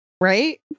right